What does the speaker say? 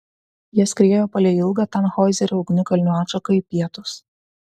jie skriejo palei ilgą tanhoizerio ugnikalnių atšaką į pietus